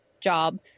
job